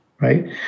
right